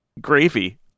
Gravy